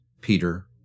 Peter